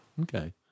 okay